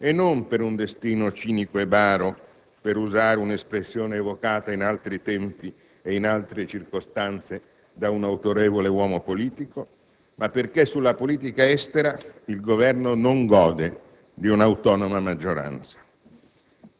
e non per un destino «cinico e baro», per usare un'espressione evocata in altri tempi e in altre circostanze da un autorevole uomo politico, ma perché sulla politica estera il Governo non gode di un'autonoma maggioranza.